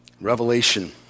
Revelation